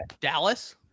Dallas